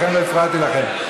לכן לא הפרעתי לכם,